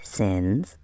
sins